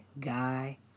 guy